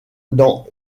dans